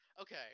Okay